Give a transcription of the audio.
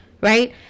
right